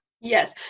Yes